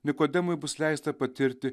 nikodemui bus leista patirti